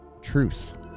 Truth